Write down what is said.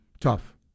tough